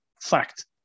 Fact